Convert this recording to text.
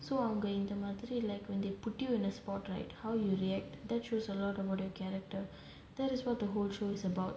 so அவங்க இந்த மாரி:avanaga intha maari like when they put you in the spot right how you react that shows a lot about the character that is what the whole show is about